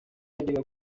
yajyaga